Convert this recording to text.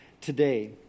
Today